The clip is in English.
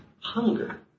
hunger